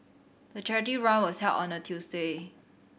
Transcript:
the charity run was held on a Tuesday